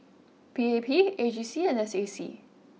P A P A G C and S A C